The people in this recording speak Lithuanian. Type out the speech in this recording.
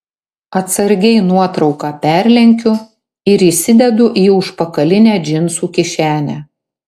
atsargiai nuotrauką perlenkiu ir įsidedu į užpakalinę džinsų kišenę